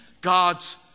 God's